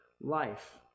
life